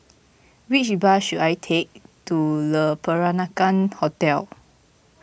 which bus should I take to Le Peranakan Hotel